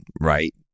right